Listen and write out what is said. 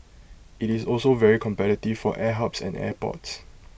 IT is also very competitive for air hubs and airports